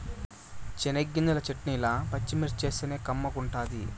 చెనగ్గింజల చెట్నీల పచ్చిమిర్చేస్తేనే కమ్మగుంటది